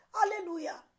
Hallelujah